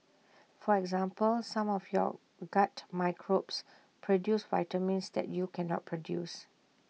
for example some of your gut microbes produce vitamins that you cannot produce